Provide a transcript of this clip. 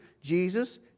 Jesus